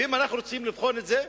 אם אנחנו רוצים לבחון את זה,